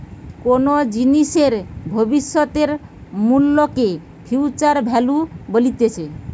কোনো জিনিসের ভবিষ্যতের মূল্যকে ফিউচার ভ্যালু বলতিছে